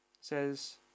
says